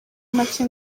make